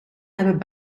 hebben